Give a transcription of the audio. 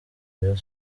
rayon